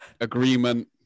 Agreement